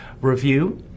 review